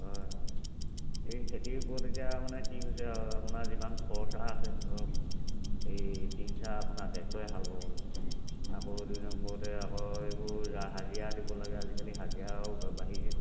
হয় হয় এই খেতিৰ ওপৰত এতিয়া মানে কি হৈছে আৰু আপোনাৰ যিমান খৰচ আছে ধৰক এই তিনি চাহ আপোনাৰ ট্ৰেক্টৰে হাল বাব লাগে আকৌ দুই নম্বৰতে আকৌ এইবোৰ হাজিৰা দিব লাগে আজিকালি হাজিৰাও ব বাঢ়িছে